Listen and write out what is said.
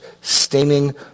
staining